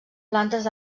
plantes